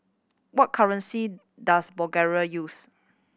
what currency does Bulgaria use